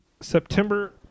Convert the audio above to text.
September